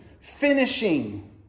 finishing